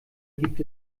gibt